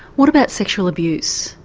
what about sexual abuse?